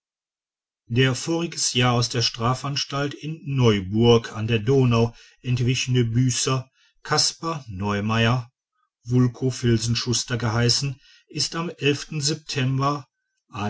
der voriges jahr aus der strafanstalt in neuburg an der donau entwichene büßer kaspar neumayr vulko filzenschuster geheißen ist am september